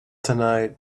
tonight